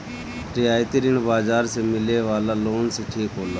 रियायती ऋण बाजार से मिले वाला लोन से ठीक होला